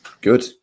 good